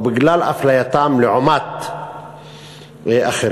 או בגלל אפלייתם לעומת אחרים.